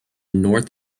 north